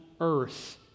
earth